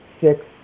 six